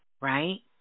right